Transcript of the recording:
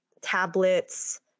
tablets